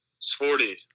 Sporty